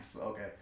Okay